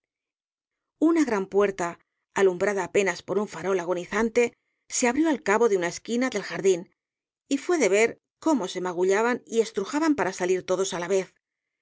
una gran puerta alumbrada apenas por un farol agonizante se abrió al cabo en una esquina del jardín y fué de ver cómo se magullaban y estrujaban para salir todos'á la vez